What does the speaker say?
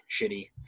shitty